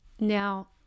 Now